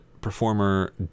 performer